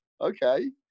Okay